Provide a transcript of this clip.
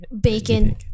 Bacon